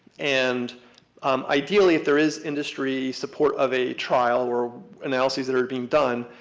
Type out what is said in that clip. and um ideally if there is industry support of a trial or analyses that are being done,